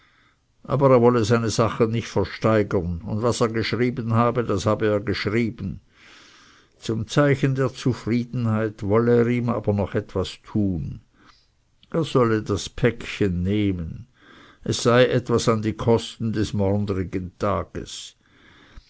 aber er wolle seine sachen nicht versteigern und was er geschrieben habe das habe er geschrieben zum zeichen der zufriedenheit wolle er ihm aber noch etwas tun er solle das päckchen nehmen es sei etwas an die kosten des morndrigen tages